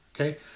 Okay